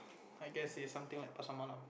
I guess is something like Pasar-Malam